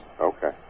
Okay